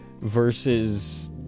versus